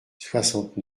soixante